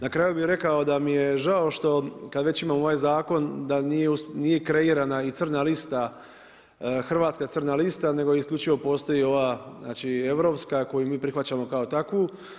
Na kraju bi rekao da mi je žao što kad već imamo ovaj zakon, da nije kreirana i crna lista, Hrvatska crna lista, nego isključivo postoji ova europska koju mi prihvaćamo kao takvu.